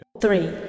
Three